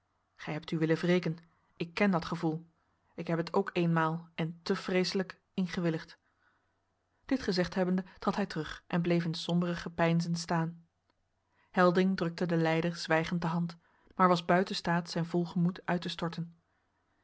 gij hebt u willen wreken ik ken dat gevoel ik heb het ook eenmaal en te vreeselijk ingewilligd dit gezegd hebbende trad hij terug en bleef in sombere gepeinzen staan helding drukte den lijder zwijgend de hand maar was buiten staat zijn vol gemoed uit te storten